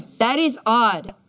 that is odd,